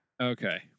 Okay